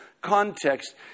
context